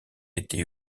été